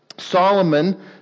Solomon